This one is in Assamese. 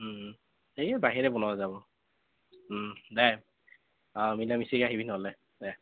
সেই বাঁহেৰে বনোৱা যাব দে অঁ মিলাই মিচি আহিবি নহ'লে দে